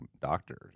doctor